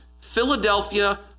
Philadelphia